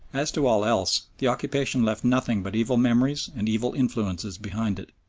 as to all else, the occupation left nothing but evil memories and evil influences behind it.